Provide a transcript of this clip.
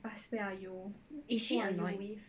is she annoyed